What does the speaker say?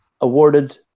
awarded